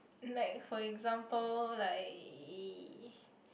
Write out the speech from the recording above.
like for example like